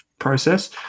process